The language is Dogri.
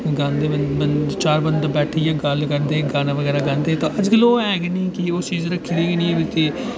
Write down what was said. गांदे ब बंदे चार बंदे बैठियै गल्ल करदे गाना बगैरा गांदे हे अजकल ओह् ऐ निं कि ओह् चीज रक्खी दी निं ऐ कि